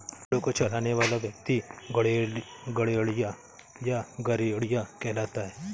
भेंड़ों को चराने वाला व्यक्ति गड़ेड़िया या गरेड़िया कहलाता है